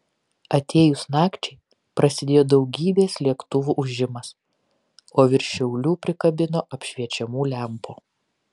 atėjus nakčiai prasidėjo daugybės lėktuvų ūžimas o virš šiaulių prikabino apšviečiamų lempų